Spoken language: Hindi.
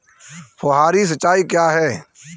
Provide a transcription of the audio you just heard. फुहारी सिंचाई क्या है?